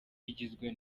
rigizwe